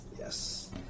yes